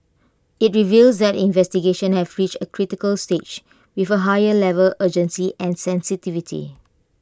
IT reveals that the investigations have reached A critical stage with A higher level urgency and sensitivity